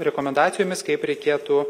rekomendacijomis kaip reikėtų